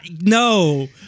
No